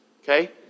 Okay